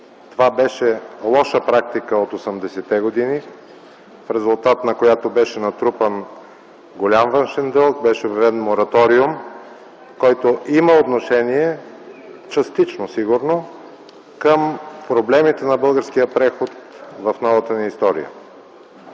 Това беше лоша практика от 80-те години, в резултат на която беше натрупан голям външен дълг, беше обявен мораториум, който има отношение, частично сигурно, към проблемите на българския преход в новата ни история.